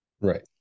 Right